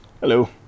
Hello